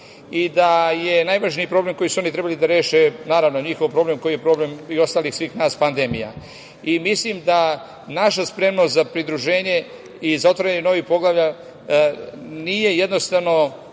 i da je najvažniji problem koji su oni trebali da reše, naravno, njihov problem je problem kao i svih nas – pandemija i mislim da naša spremnost za pridruženje i za otvaranje novih poglavlja nije jednostavno